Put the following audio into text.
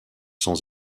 sans